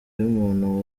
y’umuntu